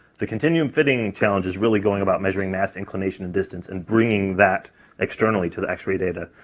the continuum fitting challenge is really going about measuring mass, inclination, and distance, and bringing that externally to the x-ray data.